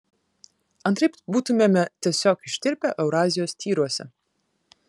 antraip būtumėme tiesiog ištirpę eurazijos tyruose